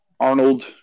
Arnold